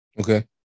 Okay